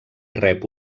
rep